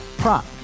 Prop